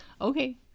okay